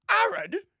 Aaron